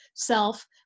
self